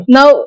Now